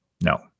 no